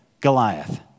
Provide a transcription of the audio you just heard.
Goliath